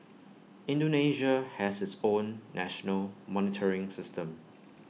Indonesia has its own national monitoring system